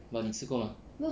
but 你吃过 mah